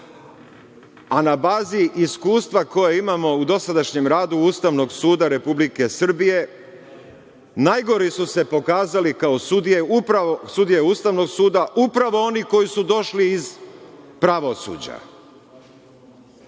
a na bazi iskustva koje imamo u dosadašnjem radu Ustavnog suda Republike Srbije najgore su se pokazali, kao sudije, upravo sudije Ustavnog suda, upravo oni koji su došli iz pravosuđa.